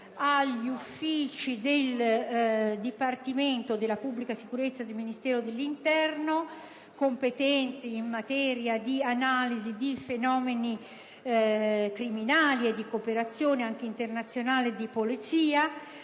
agli uffici del Dipartimento della pubblica sicurezza del Ministero dell'interno competenti in materia di analisi di fenomeni criminali e di cooperazione, anche internazionale, di polizia,